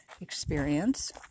experience